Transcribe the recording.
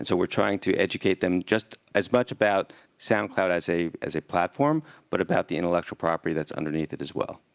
so we're trying to educate them just as much about soundcloud as a as a platform, but about the intellectual property that's underneath it as well.